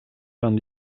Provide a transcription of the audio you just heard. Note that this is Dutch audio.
van